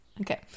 Okay